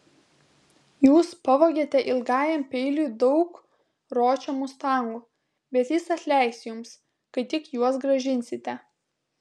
jūs pavogėte ilgajam peiliui daug ročio mustangų bet jis atleis jums kai tik juos grąžinsite